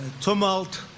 Tumult